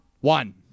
One